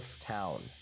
town